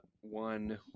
One